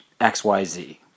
XYZ